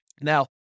Now